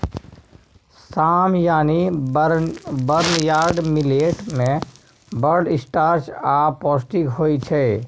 साम यानी barnyard millet मे बड़ स्टार्च आ पौष्टिक होइ छै